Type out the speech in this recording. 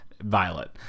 violet